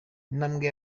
intambwe